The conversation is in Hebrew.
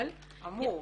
אבל -- אמור.